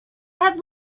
have